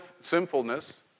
sinfulness